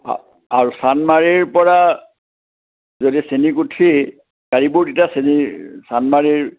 আৰু চান্দমাৰীৰ পৰা যদি চেনীকুঠী গাড়ীবোৰ তেতিয়া চান্দমাৰীৰ